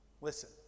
Listen